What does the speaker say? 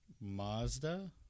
mazda